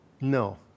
No